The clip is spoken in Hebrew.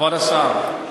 כבוד השר,